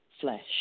flesh